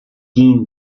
teen